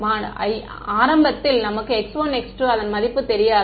மாணவர் எனவே ஐயா ஆரம்பத்தில் நமக்கு x1x2 அதன் மதிப்பு தெரியாது